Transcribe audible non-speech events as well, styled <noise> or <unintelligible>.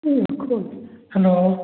<unintelligible> hello